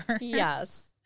yes